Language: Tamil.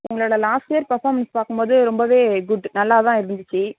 உங்களோடய லாஸ்ட் இயர் பர்ஃபாமென்ஸ் பார்க்கும்போது ரொம்பவே குட் நல்லாதான் இருந்துச்சு